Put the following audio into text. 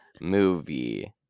movie